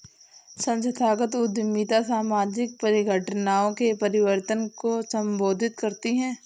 संस्थागत उद्यमिता सामाजिक परिघटनाओं के परिवर्तन को संबोधित करती है